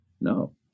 No